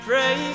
Pray